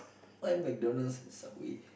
why MacDonald and Subway